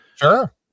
Sure